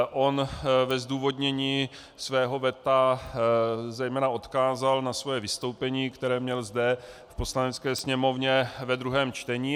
On ve zdůvodnění svého veta zejména odkázal na svoje vystoupení, které měl zde v Poslanecké sněmovně ve druhém četní.